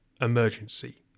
emergency